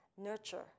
nurture